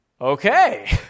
Okay